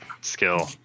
skill